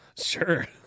Sure